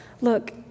Look